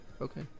Okay